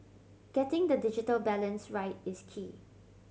getting the digital balance right is key